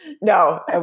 no